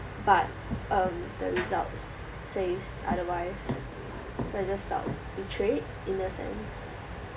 but um the results says otherwise so I just felt betrayed in a sense